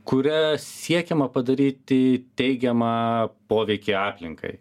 kuria siekiama padaryti teigiamą poveikį aplinkai